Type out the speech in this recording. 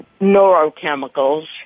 neurochemicals